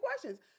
questions